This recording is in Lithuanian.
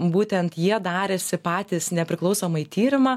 būtent jie darėsi patys nepriklausomai tyrimą